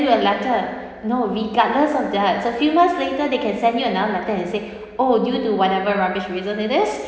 a letter no regardless of that a few months later they can send you another letter and say oh due to whatever rubbish reason it is